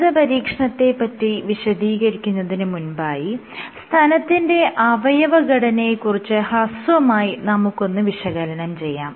പ്രസ്തുത പരീക്ഷണത്തെ പറ്റി വിശദീകരിക്കുന്നതിന് മുൻപായി സ്തനത്തിന്റെ അവയവ ഘടനയെ കുറിച്ച് ഹ്രസ്വമായി നമുക്കൊന്ന് വിശകലനം ചെയ്യാം